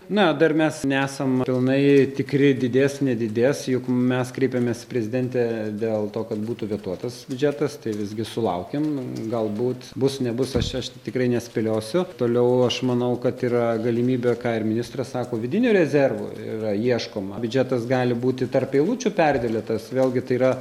na dar mes nesam pilnai tikri didės nedidės juk mes kreipėmės prezidentę dėl to kad būtų vetuotas biudžetas tai visgi sulaukėm galbūt bus nebus aš aš tikrai nespėliosiu toliau aš manau kad yra galimybė ką ir ministras sako vidinių rezervų yra ieškoma biudžetas gali būti tarp eilučių perdėliotas vėlgi tai yra